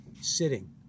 sitting